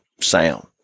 sound